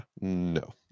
no